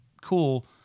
cool